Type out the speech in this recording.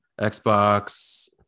Xbox